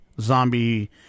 Zombie